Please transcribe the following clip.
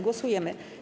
Głosujemy.